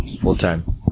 full-time